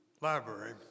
library